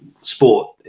sport